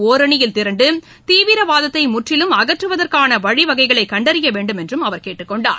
ஒரணியில் திரண்டு தீவிரவாதத்தை முற்றிலும் அகற்றுவதற்கான வழிவகைகளைக் கண்டறிய வேண்டும் என்று கேட்டுக் கொண்டார்